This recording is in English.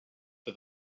for